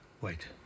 Wait